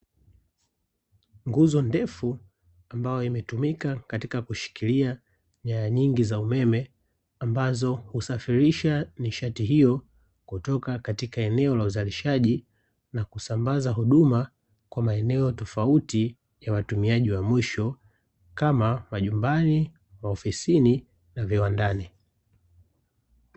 Nguzo ndefu ambao imetumika katika kushikilia nyaya nyingi za umeme, ambazo husafirisha nishati hiyo kutoka katika eneo la uzalishaji na kusambaza huduma kwa maeneo tofauti ya watumiaji wa mwisho kama majumbani , maofisini na viwandani.